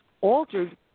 altered